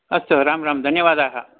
अस्तु राम राम धन्यवादाः